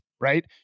right